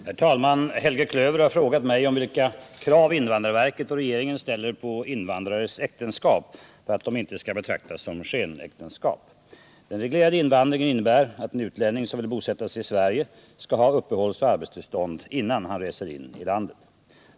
Herr talman! Helge Klöver har frågat mig om vilka krav invandrarverket och regeringen ställer på invandrares äktenskap för att de inte skall betraktas som skenäktenskap. Den reglerade invandringen innebär att en utlänning som vill bosätta sig i Sverige skall ha uppehållsoch arbetstillstånd, innan han reser in i landet.